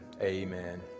Amen